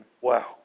Wow